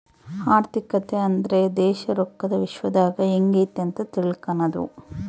ಆರ್ಥಿಕತೆ ಅಂದ್ರೆ ದೇಶ ರೊಕ್ಕದ ವಿಶ್ಯದಾಗ ಎಂಗೈತೆ ಅಂತ ತಿಳ್ಕನದು